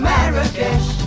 Marrakesh